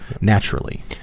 naturally